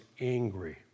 angry